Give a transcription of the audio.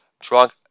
drunk